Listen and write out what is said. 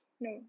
No